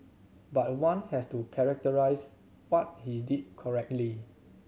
but one has to characterise what he did correctly